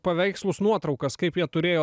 paveikslus nuotraukas kaip jie turėjo